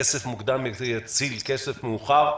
שכסף מוקדם יציל כסף מאוחר,